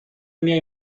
میای